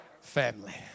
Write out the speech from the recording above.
family